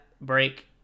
break